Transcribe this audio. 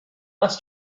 less